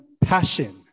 passion